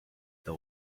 the